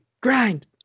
grind